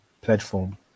platform